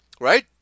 right